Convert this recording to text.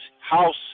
house